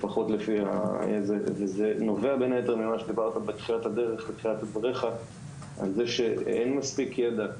זה נבע מזה שאין מספיק ידע,